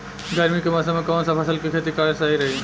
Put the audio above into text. गर्मी के मौषम मे कौन सा फसल के खेती करल सही रही?